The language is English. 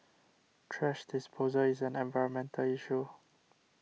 thrash disposal is an environmental issue